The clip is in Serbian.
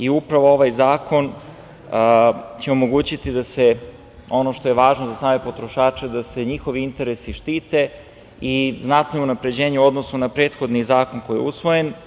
Upravo ovaj zakon će omogućiti da se ono što je važno za same potrošače, da se njihovi interesi štite i znatno je unapređenje u odnosu na prethodni zakon koji je usvojen.